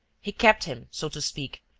he kept him, so to speak,